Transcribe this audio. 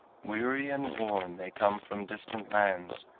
weary and worn they come from distant lands,